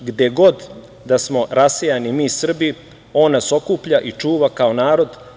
Gde god da smo rasejani mi Srbi on nas okuplja i čuva kao narod.